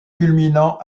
culminant